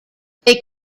they